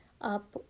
up